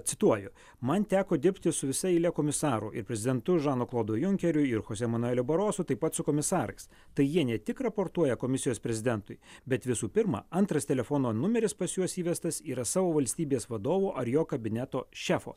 cituoju man teko dirbti su visa eile komisarų ir prezidentu žanu klodu junkeriu ir chosė manueliu barozu taip pat su komisarais tai jie ne tik raportuoja komisijos prezidentui bet visų pirma antras telefono numeris pas juos įvestas yra savo valstybės vadovo ar jo kabineto šefo